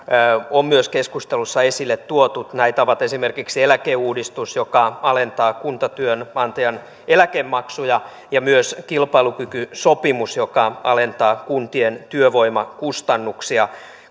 on keskustelussa esille tuotu näitä ovat esimerkiksi eläkeuudistus joka alentaa kuntatyönantajan eläkemaksuja ja myös kilpailukykysopimus joka alentaa kuntien työvoimakustannuksia